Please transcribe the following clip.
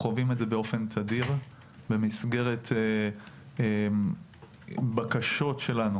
חווים את זה באופן תדיר במסגרת בקשות שלנו